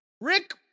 rick